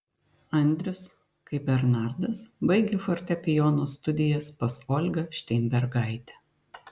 andrius kaip bernardas baigė fortepijono studijas pas olgą šteinbergaitę